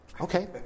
Okay